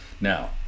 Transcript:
Now